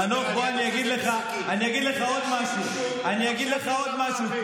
חנוך, בוא, אני אגיד לך, אני אגיד לך עוד משהו.